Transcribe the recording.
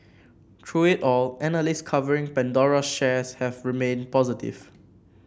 through it all analysts covering Pandora's shares have remained positive